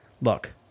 look